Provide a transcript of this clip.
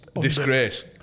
Disgrace